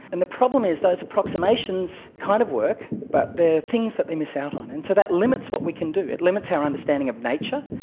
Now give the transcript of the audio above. and the problem is those approximations kind of work but there are things that they miss out on, and so that limits what we can do. it limits our understanding of nature,